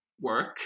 work